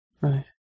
Right